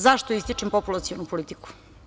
Zašto ističem populacionu politiku?